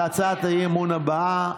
על הצעת האי-אמון הבאה.